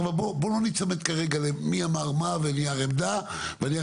בואו לא ניצמד כרגע למי אמר מה ונייר עמדה ונייר